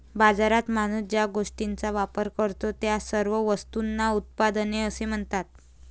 बाजारात माणूस ज्या गोष्टींचा वापर करतो, त्या सर्व वस्तूंना उत्पादने असे म्हणतात